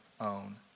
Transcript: own